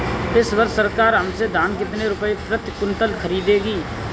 इस वर्ष सरकार हमसे धान कितने रुपए प्रति क्विंटल खरीदेगी?